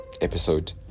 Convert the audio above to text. episode